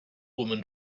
woman